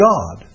God